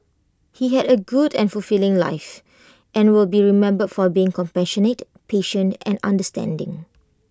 he had A very good and fulfilling life and will be remembered for being compassionate patient and understanding